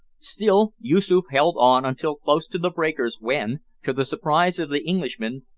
still yoosoof held on until close to the breakers, when, to the surprise of the englishmen,